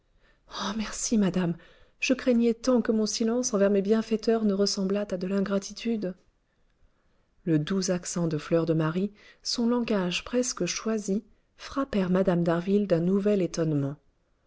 oh merci madame je craignais tant que mon silence envers mes bienfaiteurs ne ressemblât à de l'ingratitude le doux accent de fleur de marie son langage presque choisi frappèrent mme d'harville d'un nouvel étonnement